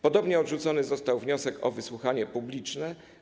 Podobnie odrzucony został wniosek o wysłuchanie publiczne.